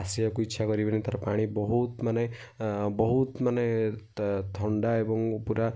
ଆସିବାକୁ ଇଚ୍ଛା କରିବେନି ତାର ପାଣି ବହୁତ ମାନେ ବହୁତ ମାନେ ତ ଥଣ୍ଡା ଏବଂ ପୂରା